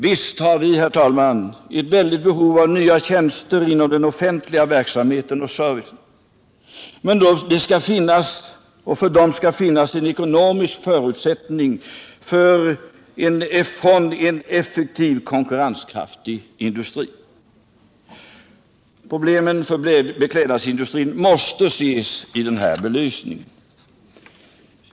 Visst har vi, herr talman, ett väldigt behov av nya tjänster inom den offentliga verksamheten och servicen, men det skall finnas en ekonomisk förutsättning för en effektiv, konkurrenskraftig industri. Problemen för beklädnadsindustrin måste ses i den här belysningen.